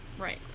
Right